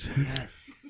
yes